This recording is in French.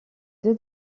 deux